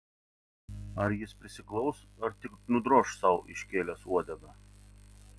ar jis prisiglaus ar tik nudroš sau iškėlęs uodegą